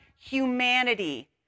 humanity